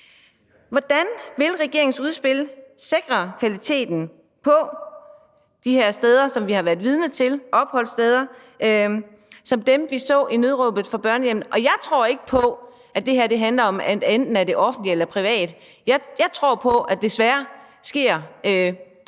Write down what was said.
Hvordan vil regeringens udspil sikre kvaliteten på de her opholdssteder, som vi har været vidne til i »Nødråb fra børnehjemmet«? Jeg tror ikke på, at det her handler om, at det enten er offentligt eller privat. Jeg tror på, at der desværre sker